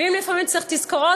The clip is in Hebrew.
ואם לפעמים צריך תזכורות,